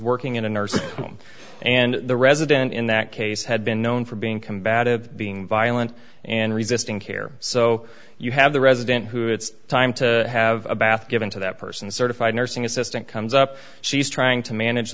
working in a nursing home and the resident in that case had been known for being combative being violent and resisting care so you have the resident who it's time to have a bath given to that person certified nursing assistant comes up she's trying to manage